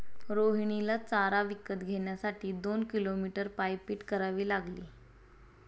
रोहिणीला चारा विकत घेण्यासाठी दोन किलोमीटर पायपीट करावी लागली